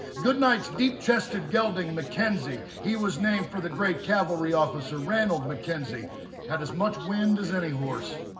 goodnight's deep chested gelding mackenzie he was named for the great cavalry officer ranald mackenzie had as much wind as any horse.